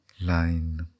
line